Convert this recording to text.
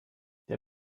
der